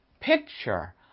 picture